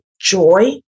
joy